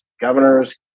governors